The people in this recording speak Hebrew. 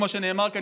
כמו שנאמר כאן,